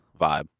vibe